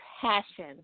passion